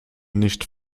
nicht